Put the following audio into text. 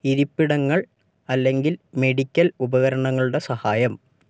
ഇരിപ്പിടങ്ങൾ അല്ലെങ്കിൽ മെഡിക്കൽ ഉപകരണങ്ങളുടെ സഹായം